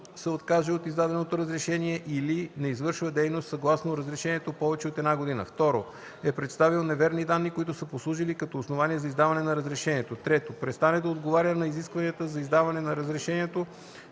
се откаже от издаденото разрешение или не извършва дейност съгласно разрешението повече от една година; 2. е представил неверни данни, които са послужили като основание за издаване на разрешението; 3. престане да отговаря на изискванията за издаване на разрешението